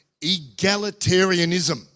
egalitarianism